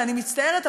ואני מצטערת,